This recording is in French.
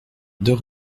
deux